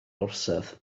orsedd